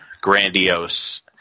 grandiose